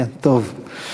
יהיה טוב.